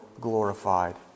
glorified